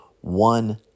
one